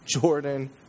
Jordan